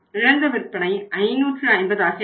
இழந்த விற்பனை 550 ஆக இருக்கும்